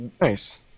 Nice